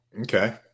Okay